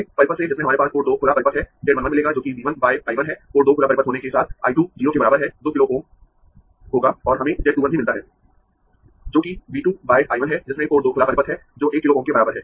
तो पहले परिपथ से जिसमें हमारे पास पोर्ट 2 खुला परिपथ है z 1 1 मिलेगा जो कि V 1 बाय I 1 है पोर्ट 2 खुला परिपथ होने के साथ I 2 0 के बराबर है 2 किलो Ω होगा और हमें z 2 1 भी मिलता है जो कि V 2 बाय I 1 है जिसमें पोर्ट 2 खुला परिपथ है जो 1 किलो Ω के बराबर है